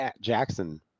Jackson